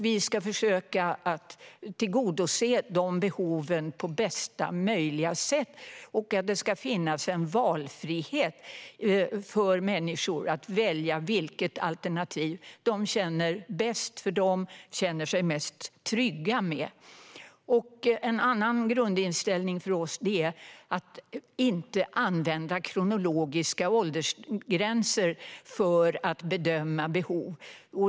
Vi ska försöka tillgodose de behoven på bästa möjliga sätt, och det ska finnas en valfrihet för människor att välja det alternativ de känner är bäst för dem och känner sig mest trygga med. En annan grundinställning för oss är att inte använda kronologiska åldersgränser för att bedöma behov.